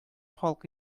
халкы